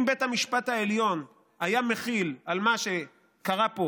אם בית המשפט העליון היה מחיל על מה שקרה פה